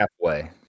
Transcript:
halfway